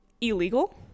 illegal